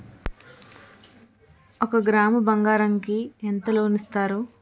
ఒక గ్రాము బంగారం కి ఎంత లోన్ ఇస్తారు?